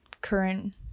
current